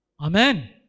Amen